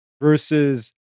Versus